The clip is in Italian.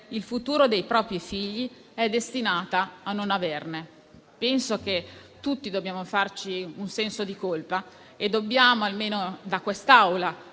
il futuro dei propri figli è destinata a non averne. Penso che tutti dobbiamo provare un senso di colpa e che dobbiamo lavorare tutti